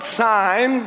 sign